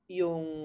yung